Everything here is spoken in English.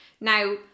Now